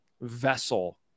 vessel